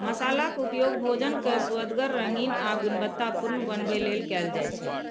मसालाक उपयोग भोजन कें सुअदगर, रंगीन आ गुणवतत्तापूर्ण बनबै लेल कैल जाइ छै